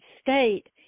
state